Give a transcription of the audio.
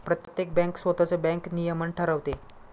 प्रत्येक बँक स्वतःच बँक नियमन ठरवते